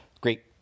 great